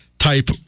Type